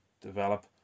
develop